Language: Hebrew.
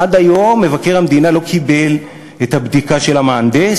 עד היום מבקר המדינה לא קיבל את הבדיקה של המהנדס.